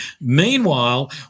Meanwhile